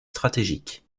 stratégiques